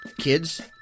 kids